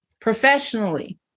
professionally